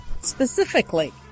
Specifically